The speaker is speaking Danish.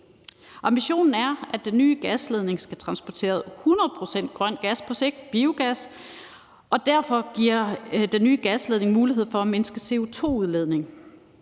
Ambitionen er, at den nye gasledning på sigt skal transportere 100 pct. grøn gas, biogas, og derfor giver den nye gasledning mulighed for at mindske CO2-udledningen.